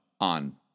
on